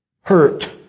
Hurt